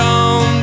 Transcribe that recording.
on